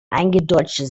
eingedeutscht